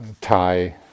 Thai